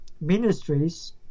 ministries